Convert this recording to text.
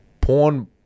porn